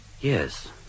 Yes